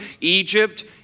Egypt